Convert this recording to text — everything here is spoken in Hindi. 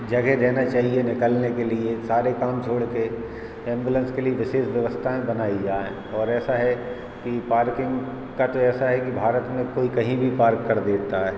जगह देना चाहिए निकलने के लिए सारे काम छोड़कर एम्बुलेंस के लिए विशेष व्यवस्थाएँ बनाई जाए और ऐसा है कि पार्किंग का तो ऐसा है कि भारत में कोई कहीं भी पार्क कर देता है